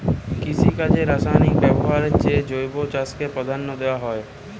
কৃষিকাজে রাসায়নিক ব্যবহারের চেয়ে জৈব চাষকে প্রাধান্য দেওয়া হয়